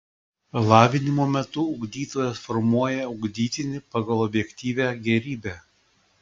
lavinimo metu ugdytojas formuoja ugdytinį pagal objektyvią gėrybę